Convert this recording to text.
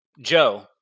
Joe